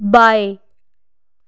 bye